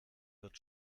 wird